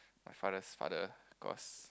father's father because